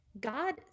God